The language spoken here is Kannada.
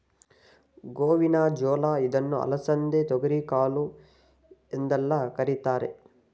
ಗೋವಿನ ಜೋಳ ಇದನ್ನು ಅಲಸಂದೆ, ತೊಗರಿಕಾಳು ಎಂದೆಲ್ಲ ಕರಿತಾರೆ